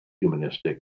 humanistic